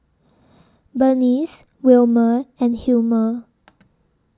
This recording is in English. Bernice Wilmer and Hilmer